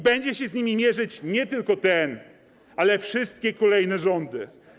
Będzie się z nimi mierzyć nie tylko ten rząd, ale wszystkie kolejne rządy.